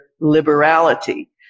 liberality